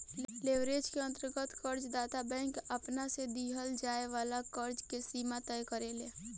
leverage के अंतर्गत कर्ज दाता बैंक आपना से दीहल जाए वाला कर्ज के सीमा तय करेला